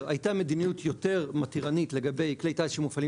הייתה מדיניות יותר מתירנית לגבי כלי טיס שמופעלים